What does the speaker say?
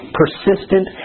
persistent